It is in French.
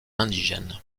indigène